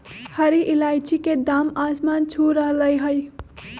हरी इलायची के दाम आसमान छू रहलय हई